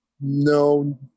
no